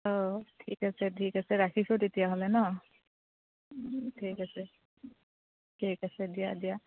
অঁ ঠিক আছে ঠিক আছে ৰাখিছোঁ তেতিয়াহ'লে ন ঠিক আছে ঠিক আছে দিয়া দিয়া